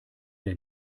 der